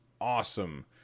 awesome